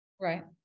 Right